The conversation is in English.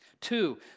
Two